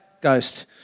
Ghost